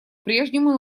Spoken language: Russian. прежнему